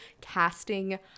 casting